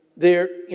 they're, you